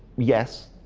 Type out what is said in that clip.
yes.